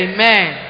Amen